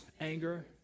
anger